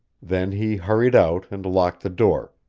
then he hurried out and locked the door,